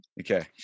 Okay